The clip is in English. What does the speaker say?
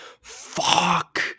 fuck